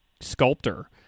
sculptor